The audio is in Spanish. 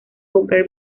comprar